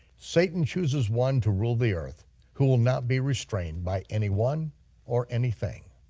satan chooses one to rule the earth who will not be restrained by anyone or anything.